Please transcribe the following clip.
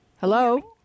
Hello